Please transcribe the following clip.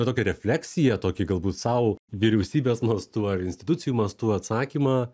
tokią refleksiją tokį galbūt sau vyriausybės mastu ar institucijų mastu atsakymą